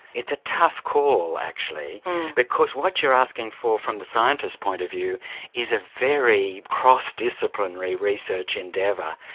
it's a tough call actually because what you're asking for from the scientists' point of view is a very cross-disciplinary research endeavour.